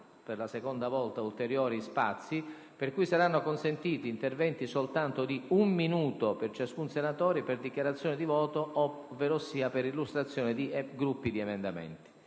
non attribuirà ulteriori spazi, per cui saranno consentiti interventi di un minuto per ciascun senatore per dichiarazione di voto, ovverosia per illustrazione di gruppi di emendamenti.